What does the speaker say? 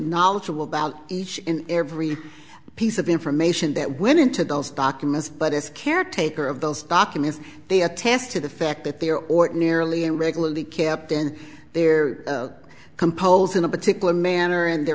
knowledgeable about each and every piece of information that went into those documents but as a caretaker of those documents they attend to the fact that they are ordinarily in regularly kept in there composed in a particular manner and the